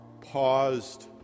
paused